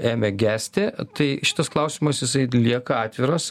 ėmė gesti tai šitas klausimas jisai lieka atviras